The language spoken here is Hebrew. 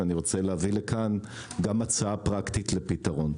ואני רוצה להביא לכאן גם הצעה פרקטית לפתרון.